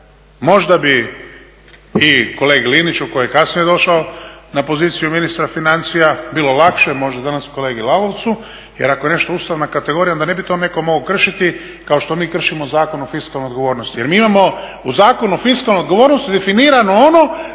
Možda bi i kolegi Liniću koji je kasnije došao na poziciju ministra financija bilo lakše, možda danas kolegi Lalovci. Jer ako je nešto ustavna kategorija onda ne bi to neko mogao kršiti kao što mi kršimo Zakon o fiskalnoj odgovornosti. Jer mi imamo u Zakonu o fiskalnoj odgovornosti definirano ono